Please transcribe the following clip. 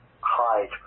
hide